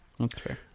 okay